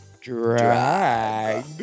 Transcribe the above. drag